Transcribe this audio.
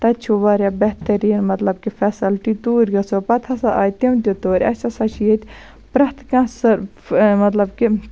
تَتہِ چھُ واریاہ بہتٔریٖن مَطلَب کہِ فیسَلٹی توٗرۍ گٔژھو پَتہٕ ہَسا آیہِ تِم تہِ توٗرۍ اسہِ ہَسا چھ ییٚتہِ پرٮ۪تھ کانٛہہ سۄ مَطلَب کہِ